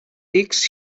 takes